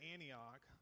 Antioch